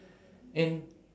and